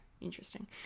interesting